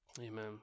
Amen